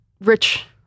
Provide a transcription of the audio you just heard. rich